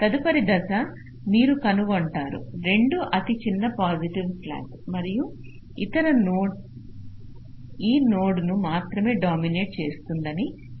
తదుపరి దశ మీరు కనుగొంటారు 2 అతి చిన్న పాజిటివ్ స్లాక్ మరియు ఇతర నోడ్ ఈ నోడ్ ను మాత్రమే డామినేట్ చేస్తుందని తెలియదు